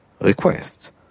request